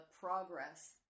progress